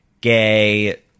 gay